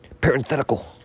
Parenthetical